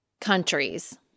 countries